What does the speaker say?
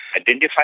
Identify